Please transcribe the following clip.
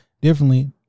differently